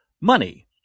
money